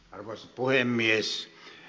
arvoisa puhemies